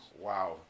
wow